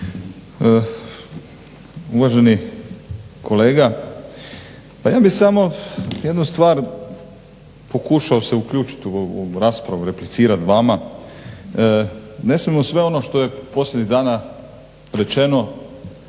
Uvaženi kolega, pa ja bih samo jednu stvar pokušao se uključit u ovu raspravu, replicirat vama. Ne smijemo sve ono što je posljednjih dana rečeno